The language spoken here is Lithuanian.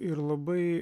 ir labai